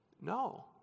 No